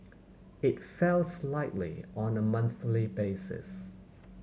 it fell slightly on a monthly basis